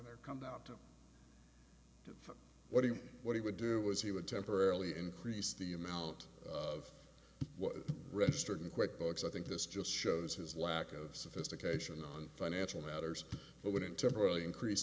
there come down to what he what he would do was he would temporarily increase the amount of what it registered in quick books i think this just shows his lack of sophistication on financial matters but wouldn't temporarily increase